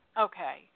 Okay